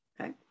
Okay